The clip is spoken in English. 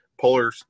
polar